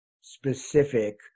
specific